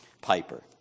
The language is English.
Piper